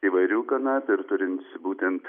įvairių kanapių ir turim būtent